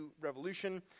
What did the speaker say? revolution